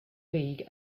league